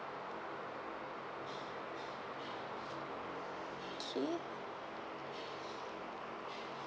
okay